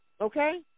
Okay